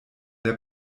der